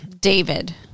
David